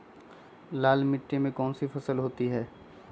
लाल मिट्टी में कौन सी फसल होती हैं?